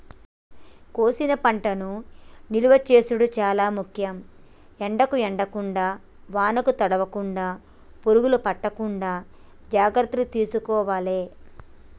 కోసిన పంటను నిలువ చేసుడు చాల ముఖ్యం, ఎండకు ఎండకుండా వానకు తడవకుండ, పురుగులు పట్టకుండా జాగ్రత్తలు తీసుకోవాలె